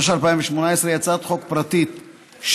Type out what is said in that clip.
התשע"ח 2018, היא הצעת חוק פרטית שלי,